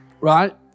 Right